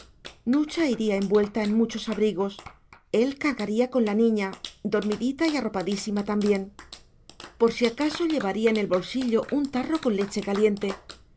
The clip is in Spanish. nucha iría envuelta en muchos abrigos él cargaría con la niña dormidita y arropadísima también por si acaso llevaría en el bolsillo un tarro con leche caliente